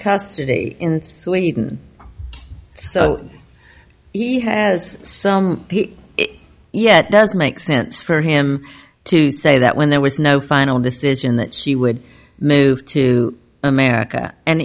custody in sweden so he has some yet doesn't make sense for him to say that when there was no final decision that she would move to america and